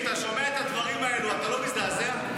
כשאתה שומע את הדברים האלה אתה לא מזדעזע?